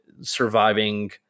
surviving